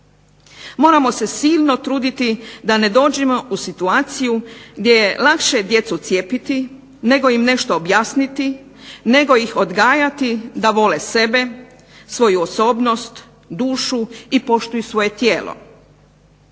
Moramo se silno truditi da ne dođemo u situaciju gdje je lakše djecu cijepiti nego im nešto objasniti, nego ih odgajati da vole sebe, svoju osobnost, dušu i poštuju svoje tijelo.